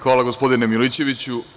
Hvala gospodine Milićeviću.